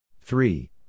Three